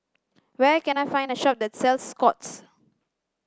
where can I find a shop that sells Scott's